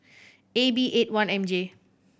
A B eight one M J